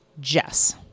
Jess